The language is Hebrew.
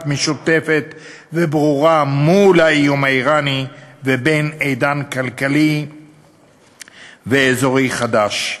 משותפת וברורה מול האיום האיראני ובין עידן כלכלי ואזורי חדש.